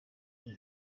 iri